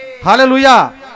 Hallelujah